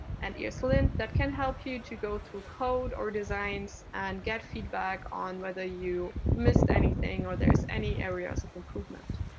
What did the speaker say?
and eslint that can help you to go through code or designs and get feedback on whether you missed anything or there's any areas of improvement.